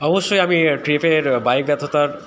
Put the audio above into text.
অবশ্যই আমি ট্রিপের বাইক ব্যর্থতার